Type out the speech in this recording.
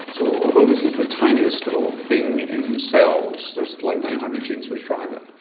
so although this is the tiniest little thing in cells, there's like nine hundred genes which drive it?